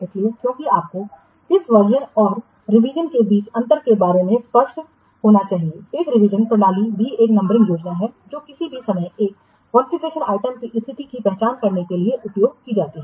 इसलिए क्योंकि आपको किस वर्जनऔर रिवीजन के बीच अंतर के बारे में स्पष्ट होना चाहिए एक रिवीजन प्रणाली भी एक नंबरिंग योजना है जो किसी भी समय एक कॉन्फ़िगरेशन आइटम की स्थिति की पहचान करने के लिए उपयोग की जाती है